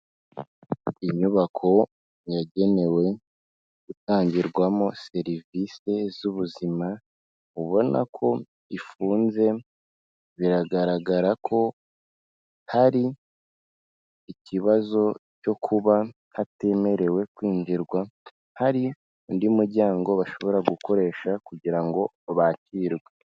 Inyubako yagenewe gutangirwamo serivisi z'ubuzima ubona ko ifunze, biragaragara ko hari ikibazo cyo kuba hatemerewe kwinjirwa hari undi muryango bashobora gukoresha kugira ngo bakirwe.